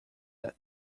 that